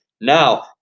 Now